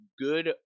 good